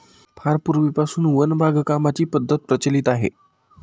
फार पूर्वीपासून वन बागकामाची पद्धत प्रचलित आहे